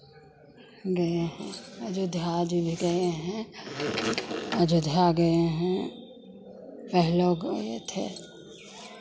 गए हैं अयोध्या आदि भी गए हैं अयोध्या गए हैं पहलो गए थे